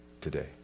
today